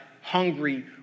hungry